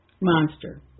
monster